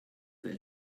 their